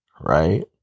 Right